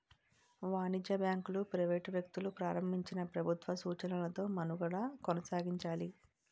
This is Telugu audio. వాణిజ్య బ్యాంకులు ప్రైవేట్ వ్యక్తులు ప్రారంభించినా ప్రభుత్వ సూచనలతో మనుగడ కొనసాగించాలి